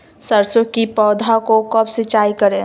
सरसों की पौधा को कब सिंचाई करे?